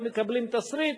אם מקבלים תסריט,